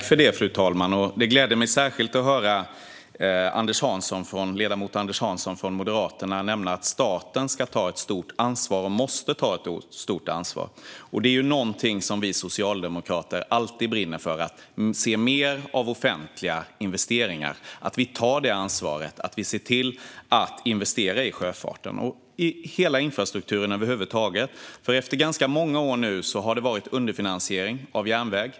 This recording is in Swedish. Fru talman! Det gläder mig särskilt att höra ledamoten Anders Hansson från Moderaterna säga att staten måste ta ett stort ansvar. Det är någonting som vi socialdemokrater alltid brinner för: att se mer av offentliga investeringar. Vi ska ta det ansvaret och se till att investera i sjöfarten och i hela infrastrukturen över huvud taget. I ganska många år nu har det varit underfinansiering av järnvägen.